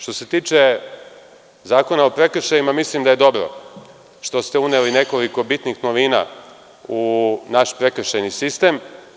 Što se tiče Zakona o prekršajima, mislim da je dobro što ste uneli nekoliko bitnih novina u naš prekršajni sistem.